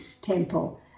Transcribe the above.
Temple